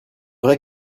vrai